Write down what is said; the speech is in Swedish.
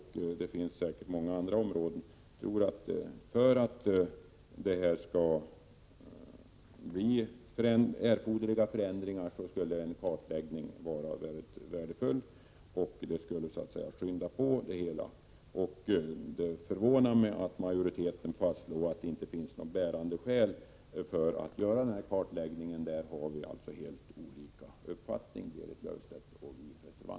Exempel kan tas från många andra områden. En kartläggning skulle vara värdefull när det gäller att åstadkomma erforderliga förändringar, och den skulle skynda på det hela. Det förvånar mig att majoriteten fastslår att det inte finns något bärande skäl för att göra denna kartläggning. På den punkten har majoriteten och reservanterna helt olika uppfattningar.